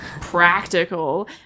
practical